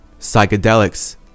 psychedelics